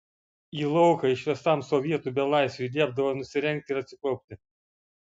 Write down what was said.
į lauką išvestam sovietų belaisviui liepdavo nusirengti ir atsiklaupti